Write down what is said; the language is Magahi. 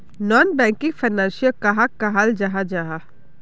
नॉन बैंकिंग फैनांशियल कहाक कहाल जाहा जाहा?